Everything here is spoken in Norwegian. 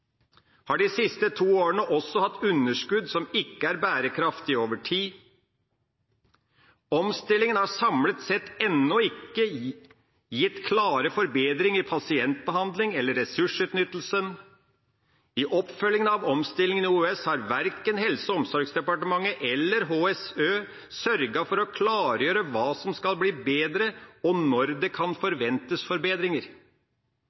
har de siste to årene også hatt underskudd som ikke er bærekraftig over tid». Og videre at «Omstillingen samlet sett ennå ikke har gitt klare forbedringer i pasientbehandlingen eller ressursutnyttelsen. I oppfølgingen av omstillingen i OUS har verken Helse- og omsorgsdepartementet eller HSØ sørget for å klargjøre hva som skal bli bedre, og når det kan forventes forbedringer.